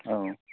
औ